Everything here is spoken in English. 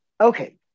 Okay